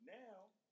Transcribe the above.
now